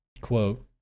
quote